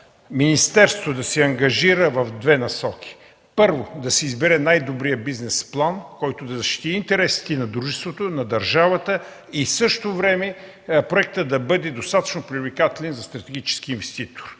министерството да се ангажира в две насоки. Първо, да се избере най-добрият бизнес план, който да защити интересите на дружеството, на държавата и в същото време проектът да бъде достатъчно привлекателен за стратегически инвеститор.